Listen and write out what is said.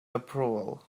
approval